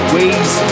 ways